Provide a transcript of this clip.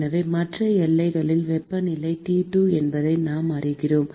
எனவே மற்ற எல்லையில் வெப்பநிலை T2 என்பதை நாம் அறிவோம்